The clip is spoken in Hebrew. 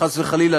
חס וחלילה,